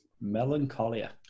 Melancholia